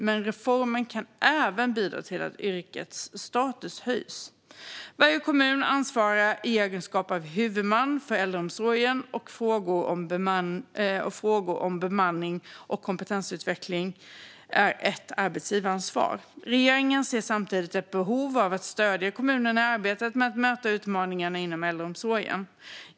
Men reformen kan även bidra till att yrkets status höjs. Varje kommun ansvarar i egenskap av huvudman för äldreomsorgen, och frågor om bemanning och kompetensutveckling är ett arbetsgivaransvar. Regeringen ser samtidigt ett behov av att stödja kommunerna i arbetet med att möta utmaningarna inom äldreomsorgen.